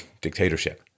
dictatorship